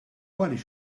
għaliex